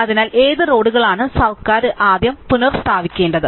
അതിനാൽ ഏത് റോഡുകളാണ് സർക്കാർ ആദ്യം പുനസ്ഥാപിക്കേണ്ടത്